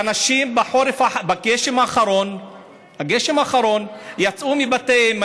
ובגשם האחרון אנשים יצאו מבתיהם,